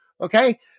okay